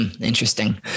Interesting